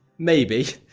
maybe.